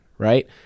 right